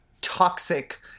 toxic